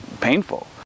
painful